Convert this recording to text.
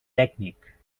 tècnic